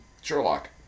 Sherlock